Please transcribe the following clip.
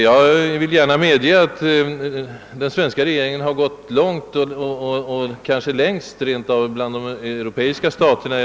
Jag medger gärna att den svenska regeringen gått långt och kanske längst bland de europeiska staterna.